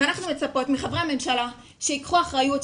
ואנחנו מצפות מחברי הממשלה שייקחו אחריות,